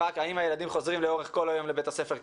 רק האם הילדים חוזרים לאורך כל היום לבית הספר,